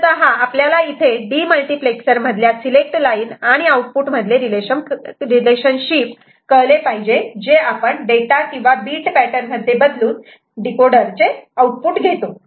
मुळतः आपल्याला इथे डीमल्टिप्लेक्सर मधल्या सिलेक्ट लाईन आणि आउटपुट मधले रिलेशनशिप कळले पाहिजे जे आपण डेटा किंवा बीट पॅटर्न मध्ये बदलून डीकोडर चे आउटपुट घेतो